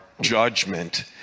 judgment